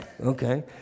Okay